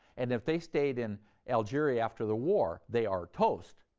and if they stayed in algeria after the war they are toast,